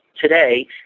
today